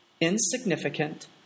Insignificant